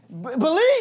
believe